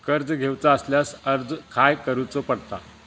कर्ज घेऊचा असल्यास अर्ज खाय करूचो पडता?